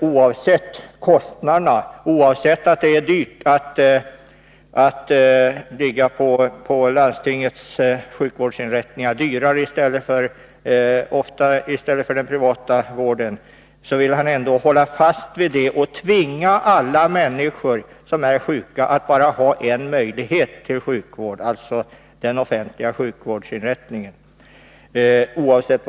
Oavsett kostnaderna, oavsett att det är dyrt att ligga på landstingens sjukvårdsinrättningar, ofta dyrare än inom den privata vården, vill Lars-Åke Larsson ändå hålla fast vid och tvinga alla människor som är sjuka att bara ha en möjlighet till sjukvård, dvs. den offentliga sjukvårdsinrättningen.